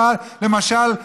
למשל,